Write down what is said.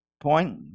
point